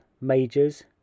majors